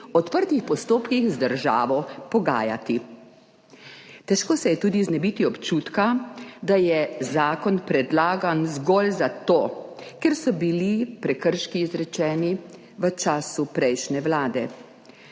odprtih postopkih z državo pogajati. Težko se je tudi znebiti občutka, da je zakon predlagan zgolj zato, ker so bili prekrški izrečeni v času prejšnje vlade,